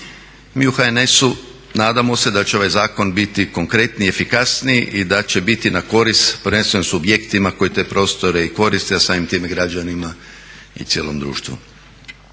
Mi u HNS-u nadamo se da će ovaj zakon biti konkretniji i efikasniji i da će biti na korist prvenstveno subjektima koji te prostore i koriste a samim time građanima i cijelom društvu.